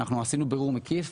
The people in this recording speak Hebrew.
עשינו בירור מקיף.